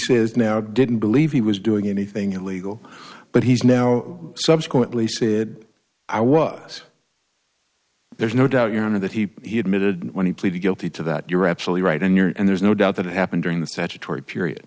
says now didn't believe he was doing anything illegal but he's now subsequently said i was there's no doubt your honor that he admitted when he pleaded guilty to that you're absolutely right in your and there's no doubt that it happened during the statutory period